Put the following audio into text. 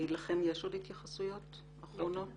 לכם יש עוד התייחסויות אחרונות?